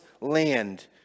land